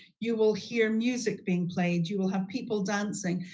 you will hear music being played, you will have people dancing,